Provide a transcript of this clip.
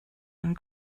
ein